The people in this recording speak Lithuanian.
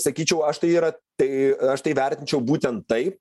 sakyčiau aš tai yra tai aš tai vertinčiau būtent taip